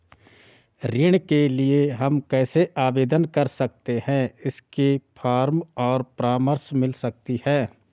ऋण के लिए हम कैसे आवेदन कर सकते हैं इसके फॉर्म और परामर्श मिल सकती है?